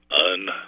un